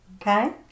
okay